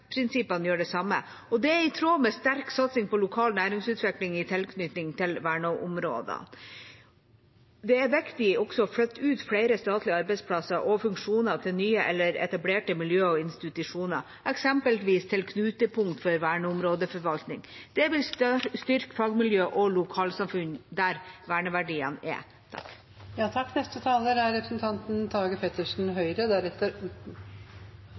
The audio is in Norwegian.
gjør det samme. Det er i tråd med en sterk satsing på lokal næringsutvikling i tilknytning til verneområdene. Det er viktig også å flytte ut flere statlige arbeidsplasser og funksjoner til nye eller etablerte miljø og institusjoner, eksempelvis til knutepunkt for verneområdeforvaltningen. Det vil styrke fagmiljø og lokalsamfunn der verneverdiene er. I tiårene som kommer, vil det stå færre yrkesaktive bak hver pensjonist. Det er